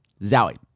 Zowie